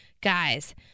guys